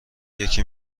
یکی